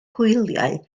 hwyliau